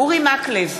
אורי מקלב,